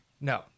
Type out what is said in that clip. no